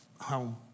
home